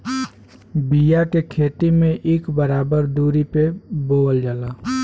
बिया के खेती में इक बराबर दुरी पे बोवल जाला